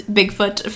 Bigfoot